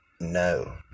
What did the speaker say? No